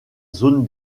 zone